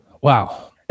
Wow